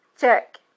check